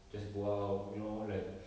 just go out you know like